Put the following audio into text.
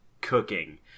Cooking